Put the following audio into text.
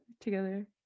together